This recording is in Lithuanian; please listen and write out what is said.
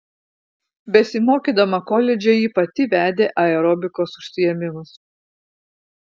besimokydama koledže ji pati vedė aerobikos užsiėmimus